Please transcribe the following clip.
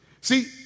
See